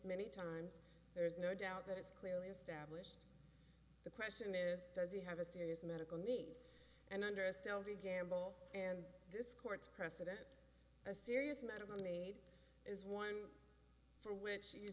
many times there's no doubt that it's clearly a staff the question is does he have a serious medical need and under still the gamble and this court's precedent a serious medical need is one for which you